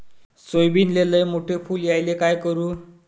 सोयाबीनले लयमोठे फुल यायले काय करू?